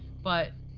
but